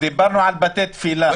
דיברנו על בתי תפילה.